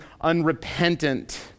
unrepentant